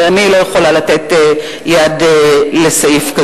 ואני לא יכולה לתת יד לסעיף כזה.